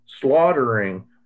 slaughtering